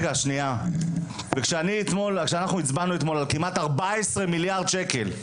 אנחנו הצבענו אתמול על כמעט 14 מיליארד שקלים,